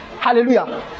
Hallelujah